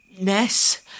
Ness